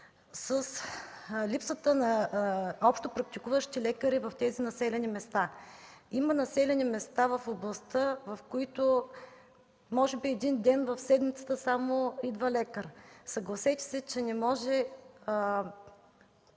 липсата на общопрактикуващи лекари в тези населени места. Има населени места в областта, в които може би само един ден в седмицата идва лекар. Съгласете се, че не може